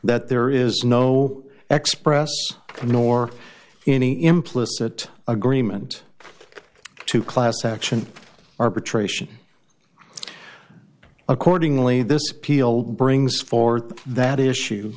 that there is no xpress nor any implicit agreement to class action arbitration accordingly this appeal brings forth that issue